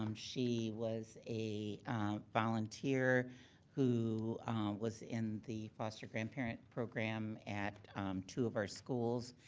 um she was a volunteer who was in the foster grandparent program at two of our schools.